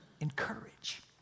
encourage